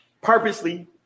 Purposely